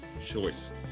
choice